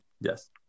Yes